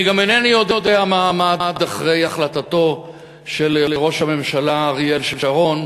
אני גם אינני יודע מה עמד מאחורי החלטתו של ראש הממשלה אריאל שרון,